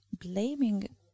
blaming